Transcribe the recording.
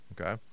okay